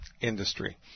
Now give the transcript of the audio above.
industry